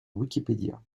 wikipedia